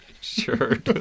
Sure